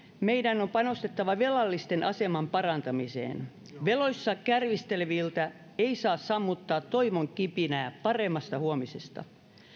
meidän on panostettava velallisten aseman parantamiseen veloissa kärvisteleviltä ei saa sammuttaa toivonkipinää paremmasta huomisesta